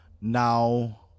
Now